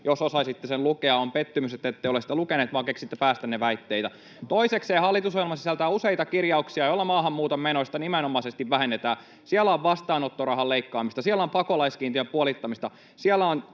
näy täällä, ei näy!] On pettymys, että ette ole sitä lukeneet vaan keksitte päästänne väitteitä. Toisekseen hallitusohjelma sisältää useita kirjauksia, joilla maahanmuuton menoista nimenomaisesti vähennetään. Siellä on vastaanottorahan leikkaamista, siellä on pakolaiskiintiön puolittamista, siellä on